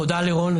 תודה לרון.